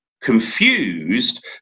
confused